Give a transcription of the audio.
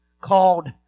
called